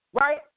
right